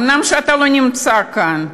אומנם אתה לא נמצא כאן: